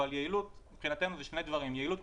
אבל מבחינתו יעילות זה שני דברים: יעילות,